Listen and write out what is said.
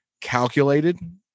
calculated